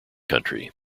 country